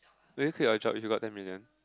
will you quit your job if you got ten million